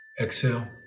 Exhale